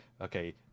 okay